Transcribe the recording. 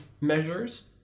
measures